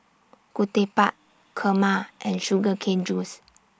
Ketupat Kurma and Sugar Cane Juice